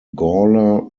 gawler